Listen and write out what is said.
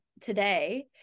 today